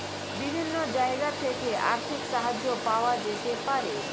বিভিন্ন জায়গা থেকে আর্থিক সাহায্য পাওয়া যেতে পারে